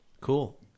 Cool